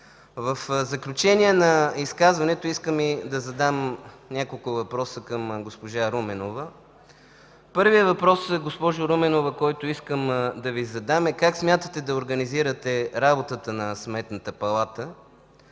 В заключение на изказването искам да задам няколко въпроса към госпожа Руменова. Първият въпрос, госпожо Руменова, който искам да Ви задам, е как смятате да организирате работата на Сметната палата,